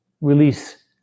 release